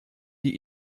die